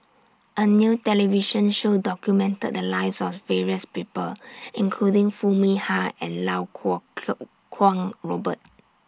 A New television Show documented The Lives of various People including Foo Mee Har and Lau Kuo Kwong Robert